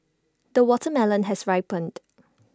the watermelon has ripened